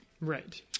Right